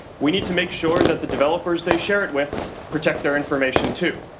we need to make sure that the developers they share it with protect their information, too.